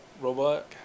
robot